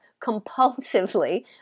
compulsively